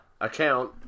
account